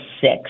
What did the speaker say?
six